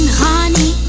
honey